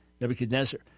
Nebuchadnezzar